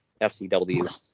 FCW